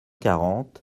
quarante